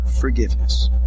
forgiveness